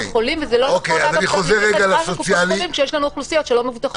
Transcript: החולים --- כשיש לנו אוכלוסיות שלא מבוטחות.